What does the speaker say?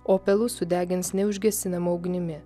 o pelus sudegins neužgesinama ugnimi